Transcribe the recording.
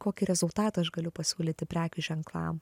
kokį rezultatą aš galiu pasiūlyti prekių ženklam